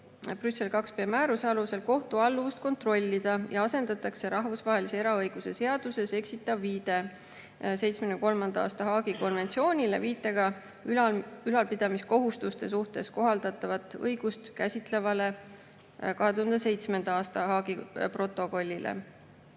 Brüssel IIb määruse alusel kohtualluvust kontrollida ja asendatakse rahvusvahelise eraõiguse seaduses eksitav viide 1973. aasta Haagi konventsioonile viitega ülalpidamiskohustuste suhtes kohaldatavat õigust käsitlevale 2007. aasta Haagi protokollile.